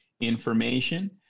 information